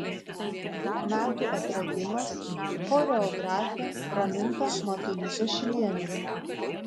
metų atradimas choreografė raminta matulytė šilienė